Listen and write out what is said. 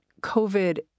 COVID